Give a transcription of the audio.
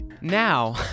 Now